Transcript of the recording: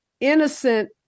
innocent